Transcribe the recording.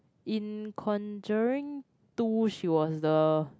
in conjuring two she was the